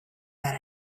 that